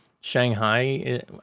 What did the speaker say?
shanghai